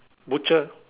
butcher